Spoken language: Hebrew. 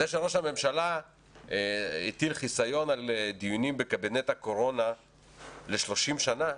זה שראש הממשלה הטיל חיסיון על דיונים בקבינט הקורונה ל-30 שנה,